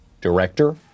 Director